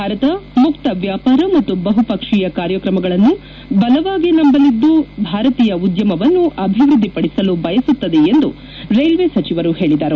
ಭಾರತ ಮುಕ್ತ ವ್ಯಾಪಾರ ಮತ್ತು ಬಹುಪಕ್ಷೀಯ ಕಾರ್ಯಕ್ರಮಗಳನ್ನು ಬಲವಾಗಿ ನಂಬಲಿದ್ದು ಭಾರತೀಯ ಉದ್ಯಮವನ್ನು ಅಭಿವೃದ್ದಿ ಪಡಿಸಲು ಬಯಸುತ್ತದೆ ಎಂದು ರೈಲ್ವೆ ಸಚಿವರು ಪೇಳಿದರು